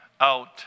out